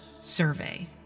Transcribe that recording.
survey